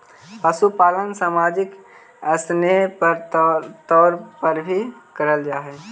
पशुपालन सामाजिक स्नेह के तौर पर भी कराल जा हई